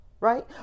Right